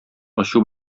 ачу